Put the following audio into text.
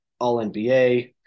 All-NBA